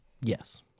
Yes